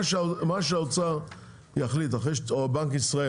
מה שהאוצר או בנק ישראל